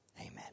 Amen